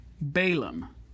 Balaam